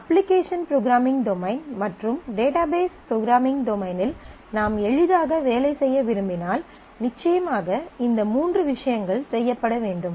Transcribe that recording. application programming domain மற்றும் database programming டொமைனில் நாம் எளிதாக வேலை செய்ய விரும்பினால் நிச்சயமாக இந்த மூன்று விஷயங்கள் செய்யப்பட வேண்டும்